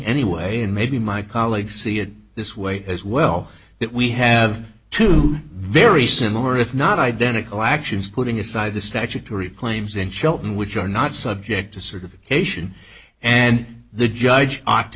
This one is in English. anyway and maybe my colleagues see it this way as well that we have two very similar if not identical actions putting aside the statutory claims in chelton which are not subject to sort of occasion and the judge ought to